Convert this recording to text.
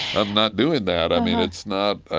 i'm not doing that i mean, it's not ah